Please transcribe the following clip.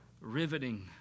riveting